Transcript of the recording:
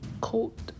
cold